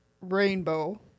rainbow